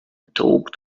talked